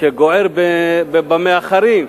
שגוער במאחרים.